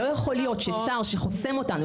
לא יכול להיות ששר שחוסם אותנו,